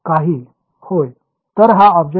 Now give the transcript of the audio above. काही होय तर हा ऑब्जेक्ट आहे